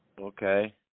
okay